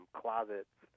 closets